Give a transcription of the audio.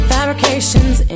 Fabrications